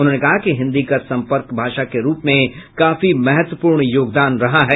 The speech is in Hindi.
उन्होंने कहा कि हिन्दी का संपर्क भाषा के रूप में काफी महत्वपूर्ण योगदान रहा है